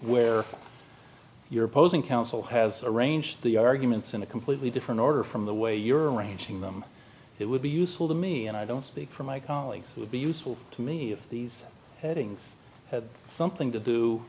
where your opposing counsel has arranged the arguments in a completely different order from the way you're arranging them it would be useful to me and i don't speak for my colleagues who would be useful to me if these headings had something to do